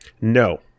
No